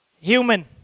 Human